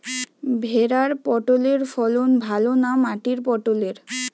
ভেরার পটলের ফলন ভালো না মাটির পটলের?